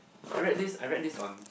I read this I read this on